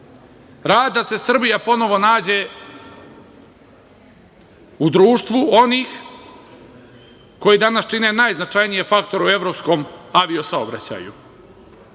Rad da se Srbija ponovo nađe u društvu onih koji danas čine najznačajnije faktore u evropskom avio saobraćaju. Dug